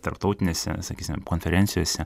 tarptautinėse sakysime konferencijose